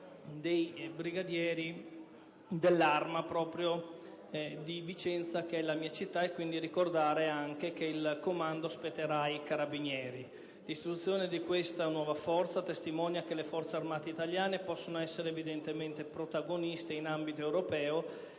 dei brigadieri dell'Arma, di Vicenza, la mia città, e quindi ricordare anche che il comando spetterà ai Carabinieri. L'istituzione di questa nuova forza testimonia che le Forze armate italiane possono essere evidentemente protagoniste in ambito europeo